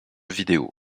vidéo